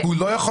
הזר לא צריך.